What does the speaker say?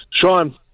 Sean